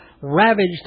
Ravaged